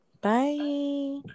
Bye